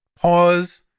pause